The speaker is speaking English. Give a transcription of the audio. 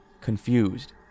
confused